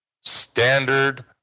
standard